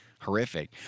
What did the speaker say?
horrific